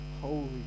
holy